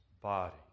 body